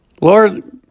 Lord